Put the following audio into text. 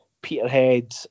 Peterhead